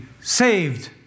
saved